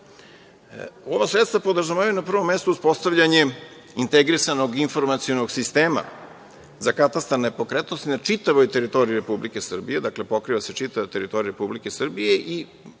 sredstava podrazumevaju, na prvom mestu, uspostavljanje integrisanog informacionog sistema za katastar nepokretnosti na čitavoj teritoriji Republike Srbije, dakle, pokriva se čitava teritorija Republike Srbije i